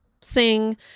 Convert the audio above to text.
sing